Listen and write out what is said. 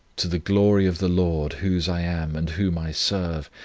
to the glory of the lord, whose i am, and whom i serve,